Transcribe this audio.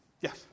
Yes